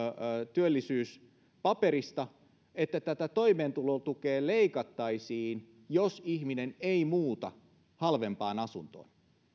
työllisyyspaperista että tätä toimeentulotukea leikattaisiin jos ihminen ei muuta halvempaan asuntoon